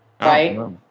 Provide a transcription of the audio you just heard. Right